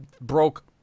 broke